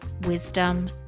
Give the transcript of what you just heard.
wisdom